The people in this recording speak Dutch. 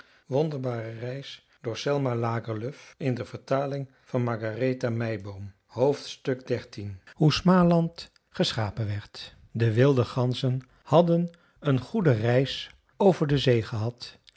der zee xiii hoe smaland geschapen werd de wilde ganzen hadden een goede reis over de zee gehad